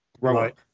Right